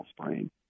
sprain